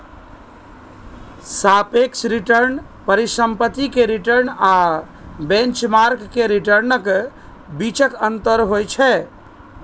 सापेक्ष रिटर्न परिसंपत्ति के रिटर्न आ बेंचमार्क के रिटर्नक बीचक अंतर होइ छै